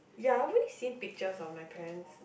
ya I won't seen pictures on my parents